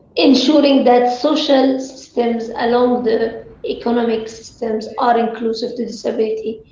ensuring that social systems along with the economic systems are inclusive to disability.